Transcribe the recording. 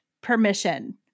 permission